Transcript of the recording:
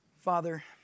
Father